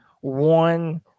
one